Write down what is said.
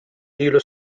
ilu